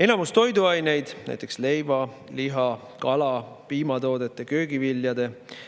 Enamiku toiduainete, näiteks leiva, liha, kala, piimatoodete ja köögivilja